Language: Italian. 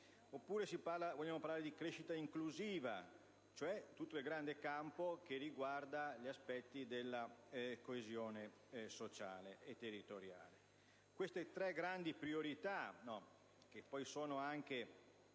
Oppure possiamo parlare di crescita inclusiva, ossia del campo riguardante gli aspetti della coesione sociale e territoriale. Queste tre grandi priorità, che compongono anche